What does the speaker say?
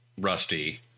Rusty